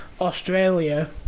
Australia